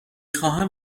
خواهم